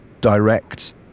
direct